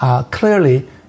clearly